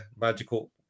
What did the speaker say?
magical